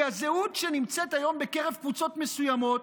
כי הזהות שנמצאת היום בקרב קבוצות מסוימות,